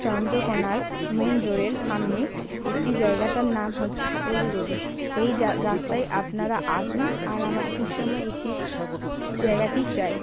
চন্দ্রকোণার main রোডের সামনেই একটি জায়গাটার নাম হচ্ছে অলিগলি এই যা রাস্তায় আপনারা আসুন আর আমার ঠিক সময় একটি জায়গাটি চাই